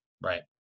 Right